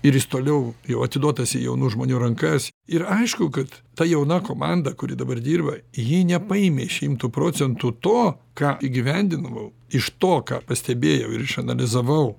ir jis toliau jau atiduotas į jaunų žmonių rankas ir aišku kad ta jauna komanda kuri dabar dirba ji nepaėmė šimtu procentų to ką įgyvendindavau iš to ką pastebėjau ir išanalizavau